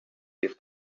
this